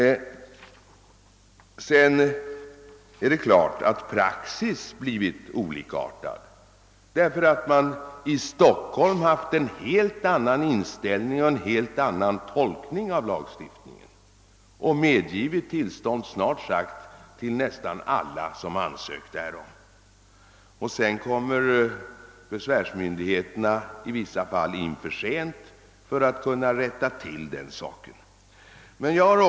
Praxis är olika på olika orter. I Stockholm har man nämligen haft en helt annan inställning när det gäller tolkning en av lagstiftningen än annorstädes. Man har givit tillstånd till snart sagt alla som ansökt därom. Besvärsinlagorna har sedan i vissa fall ingivits för sent för att Kungl. Maj:t skulle kunna rätta till den saken.